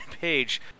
page